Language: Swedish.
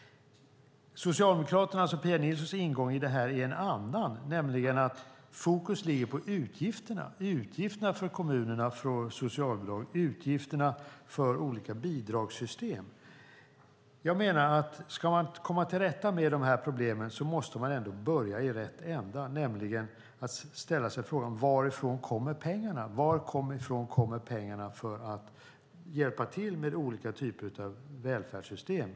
Socialdemokraternas och Pia Nilssons ingång i detta är en annan, nämligen att fokus ligger på utgifterna. Det är kommunernas utgifter för socialbidragen och utgifterna för olika bidragssystem. Jag menar att man om man ska komma till rätta med dessa problem måste börja i rätt ände, nämligen att ställa sig frågan: Varifrån kommer pengarna? Varifrån kommer pengarna för att hjälpa till med olika typer av välfärdssystem?